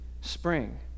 spring